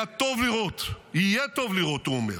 היה טוב לראות, יהיה טוב לראות, הוא אומר,